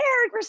Eric